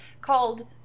Called